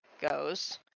goes